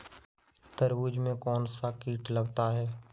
तरबूज में कौनसा कीट लगता है?